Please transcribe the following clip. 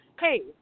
hey